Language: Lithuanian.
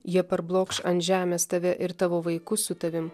jie parblokš ant žemės tave ir tavo vaikus su tavim